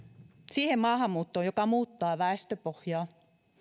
siihen maahanmuuttoon joka muuttaa väestöpohjaa